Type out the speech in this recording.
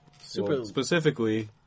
specifically